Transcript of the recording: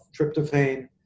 tryptophan